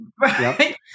Right